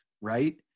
right